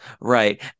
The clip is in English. right